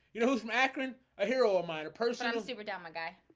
you know, who's macron a hero ah minor person i mean see, we're down my guy.